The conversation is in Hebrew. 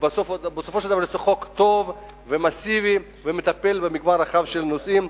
ובסופו של דבר יוצא חוק טוב ומסיבי שמטפל במגוון רחב של נושאים.